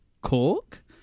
Cork